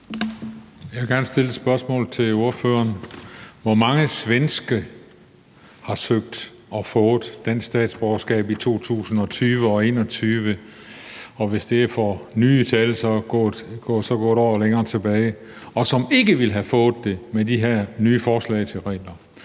Jeg vil gerne stille et spørgsmål til ordføreren. Hvor mange svenskere har søgt om og fået dansk statsborgerskab i 2020 og 2021 – og hvis det er for nye tal, gå blot et år længere tilbage – som ikke ville have fået det med det her forslag til nye regler?